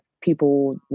people